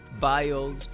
bios